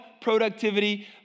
productivity